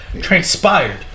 transpired